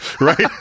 right